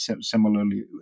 similarly